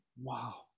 Wow